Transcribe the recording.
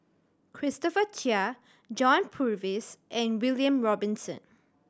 Christopher Chia John Purvis and William Robinson